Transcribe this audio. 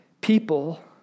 people